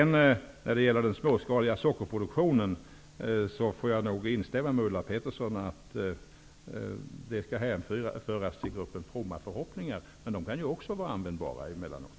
När det gäller småskalig sockerproduktion instämmer jag med Ulla Pettersson, att denna skall hänföras till gruppen fromma förhoppningar, men de kan ju också slå in emellanåt.